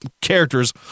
characters